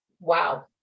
wow